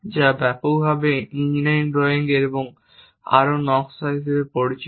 যা ব্যাপকভাবে engineering drawing এবং আরও নকশা হিসাবে পরিচিত